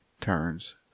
turns